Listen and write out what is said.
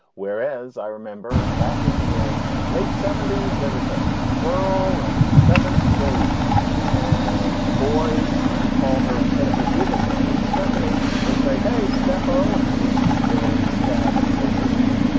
whereas i remember back in the late seventy s there was a girl in and seventh grade and the boys used to call her instead of her given name, stephanie. they would say, hey, steph. oh, and that was their stab at flirtation.